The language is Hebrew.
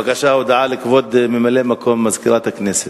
בבקשה, הודעה לכבוד סגן מזכירת הכנסת.